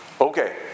okay